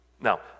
now